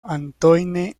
antoine